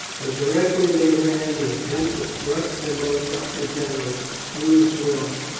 but directly they land or attempt to thrust their boats up the channels through the swamp,